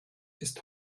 ist